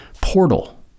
portal